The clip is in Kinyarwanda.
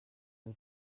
ubu